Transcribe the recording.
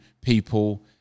people